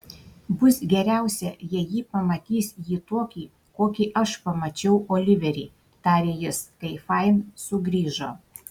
bus geriausia jei ji pamatys jį tokį kokį aš pamačiau oliverį tarė jis kai fain sugrįžo